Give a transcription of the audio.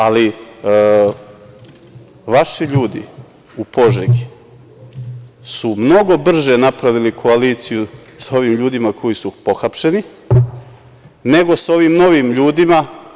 Ali, vaši ljudi u Požegi su mnogo brže napravili koaliciju sa ovim ljudima koji su pohapšeni, nego sa ovim novim ljudima.